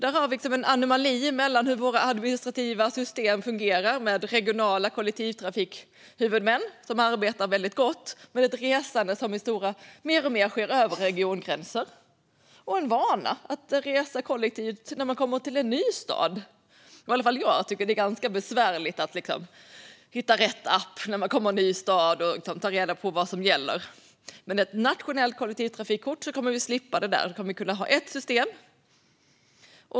Där har vi en anomali när det gäller hur våra administrativa system fungerar med regionala kollektivtrafikhuvudmän, som arbetar väldigt gott, och ett resande som i stora drag mer och mer sker över regiongränser. Man har en vana att resa kollektivt, men när man kommer till en ny stad tycker i alla fall jag att det är ganska besvärligt att hitta rätt app och ta reda på vad som gäller. Med ett nationellt kollektivtrafikkort kommer vi att slippa det där. Då kommer vi att kunna ha ett enda system.